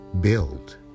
build